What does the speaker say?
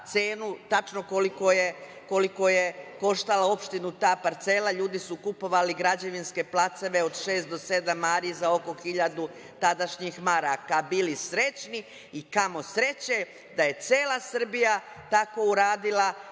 tačno koliko je koštala opštinu ta parcela, ljudi su kupovali građevinske placeve od šest do sedam ari za oko 1.000 tadašnjih maraka, bili srećni i kamo sreće da je cela Srbija tako uradila,